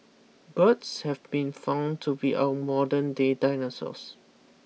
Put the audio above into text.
birds have been found to be our modern day dinosaurs